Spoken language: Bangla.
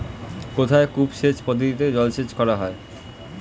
কোথায় কূপ সেচ পদ্ধতিতে জলসেচ করা হয়?